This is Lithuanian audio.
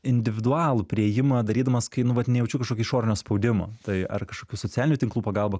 individualų priėjimą darydamas kai nu vat nejaučiu kažkokio išorinio spaudimo tai ar kažkokių socialinių tinklų pagalba